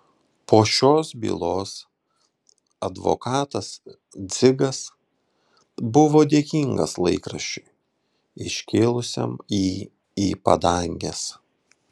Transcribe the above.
po šios bylos advokatas dzigas buvo dėkingas laikraščiui iškėlusiam jį į padanges